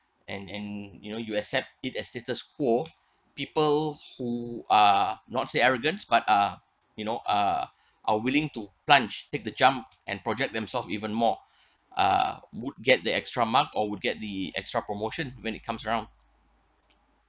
and and you know you accept it as status quo people who are not say arrogance but uh you know uh are willing to plunge take the jump and project themselves even more uh would get the extra mark or would get the extra promotion when it comes around